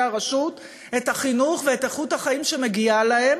הרשות את החינוך ואת איכות החיים שמגיעים להם.